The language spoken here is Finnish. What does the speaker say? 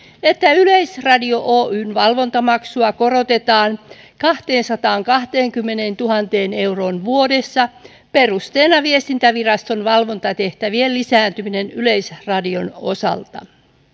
että yleisradio oyn valvontamaksua korotetaan kahteensataankahteenkymmeneentuhanteen euroon vuodessa perusteena viestintäviraston valvontatehtävien lisääntyminen yleisradion osalta